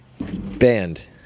Band